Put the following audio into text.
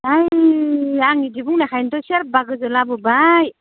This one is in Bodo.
आं आं इदि बुंनायखायनोथ' सेरबा गोजो लाबोबाय